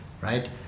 right